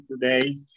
today